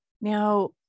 Now